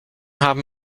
haben